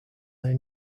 they